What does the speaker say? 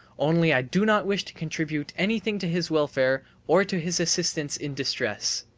only i do not wish to contribute anything to his welfare or to his assistance in distress!